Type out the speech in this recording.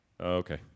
Okay